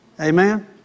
Amen